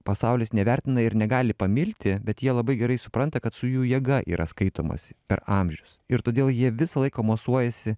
pasaulis nevertina ir negali pamilti bet jie labai gerai supranta kad su jų jėga yra skaitomasi per amžius ir todėl jie visą laiką mosuojasi